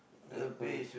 that's correct